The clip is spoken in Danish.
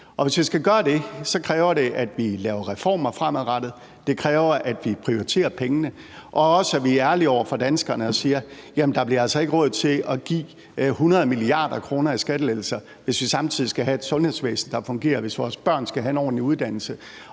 Hvis vi skal gøre det, kræver det, at vi laver reformer fremadrettet, det kræver, at vi prioriterer pengene, og det kræver også, at vi er ærlige over for danskerne og siger: Der bliver altså ikke råd til at give 100 mia. kr. i skattelettelser, hvis vi samtidig skal have et sundhedsvæsen, der fungerer, og hvis vores børn skal have en ordentlig uddannelse,